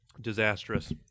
Disastrous